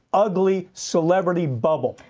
ugly celebrity bubble.